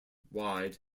wide